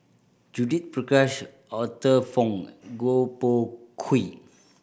Judith Prakash Arthur Fong Goh Koh Pui